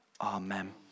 Amen